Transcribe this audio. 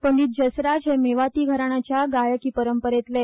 पंडित ज्यसराज हे मेवाती घराण्याच्या गायकी परंपरेतले